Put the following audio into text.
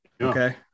okay